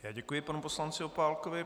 Já děkuji panu poslanci Opálkovi.